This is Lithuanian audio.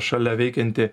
šalia veikianti